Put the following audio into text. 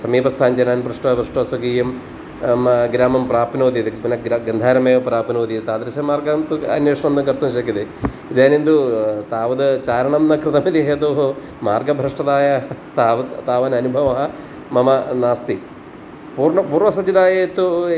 समीपस्थान् जनान् पृष्ट्वा पृष्ट्वा स्वकीयं आम् ग्रामं प्राप्नोति इति पुनः गान्धारमेव प्राप्नोति तादृशमार्गं तु अन्वेषणं न कर्तुं शक्यते इदानीं तु तावद् चारणं न कृतम् इति हेतोः मार्गभ्रष्टतायाः तावत् तावान् अनुभवः मम नास्ति पूर्णं पूर्वसज्जतायै तु